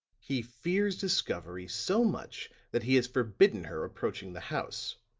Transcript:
he fears discovery so much that he has forbidden her approaching the house.